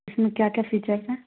इसमें क्या क्या फ़ीचर्स हैं